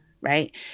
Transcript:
Right